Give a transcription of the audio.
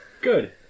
Good